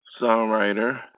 songwriter